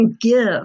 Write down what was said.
give